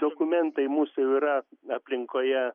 dokumentai mūsų yra aplinkoje